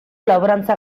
laborantza